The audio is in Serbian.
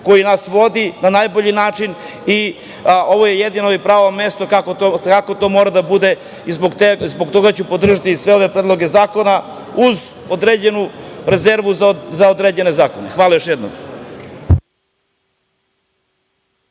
koji nas vodi na najbolji način i ovo je jedino i pravo mesto kako to mora da bude. Zbog toga ću podržati sve ove predloge zakona, uz određenu rezervu za određene zakone. Hvala još jednom.